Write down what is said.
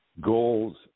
Goals